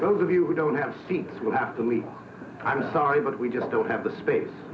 those of you who don't have seats will have to leave i'm sorry but we just don't have the space